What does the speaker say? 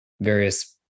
various